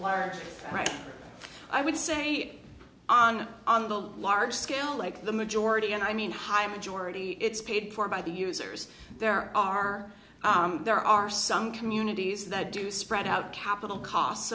right i would say on the large scale like the majority and i mean high majority it's paid for by the users there are there are some communities that do spread out capital costs